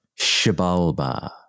shibalba